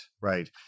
right